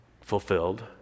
fulfilled